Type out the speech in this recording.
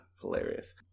Hilarious